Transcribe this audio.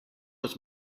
was